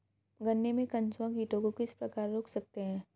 गन्ने में कंसुआ कीटों को किस प्रकार रोक सकते हैं?